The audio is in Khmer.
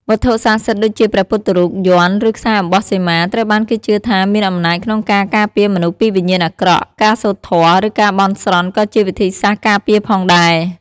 វត្ថុស័ក្តិសិទ្ធិដូចជាព្រះពុទ្ធរូប យ័ន្ត ឫខ្សែអំបោះសីមា ត្រូវបានគេជឿថាមានអំណាចក្នុងការការពារមនុស្សពីវិញ្ញាណអាក្រក់ ការសូត្រធម៌ ឬការបន់ស្រន់ក៏ជាវិធីសាស្រ្តការពារផងដែរ។